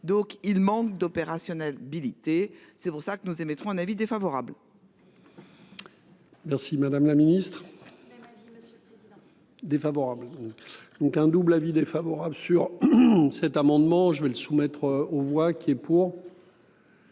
Donc il manque d'opérationnel militer, c'est pour ça que nous émettrons un avis défavorable. Merci madame la ministre. Ma vie. Monsieur le président. Défavorable. Donc un double avis défavorable sur. Cet amendement. Je vais le soumettre aux voix qui est pour.